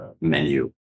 menu